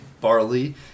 barley